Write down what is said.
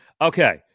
Okay